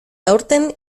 aurten